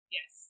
Yes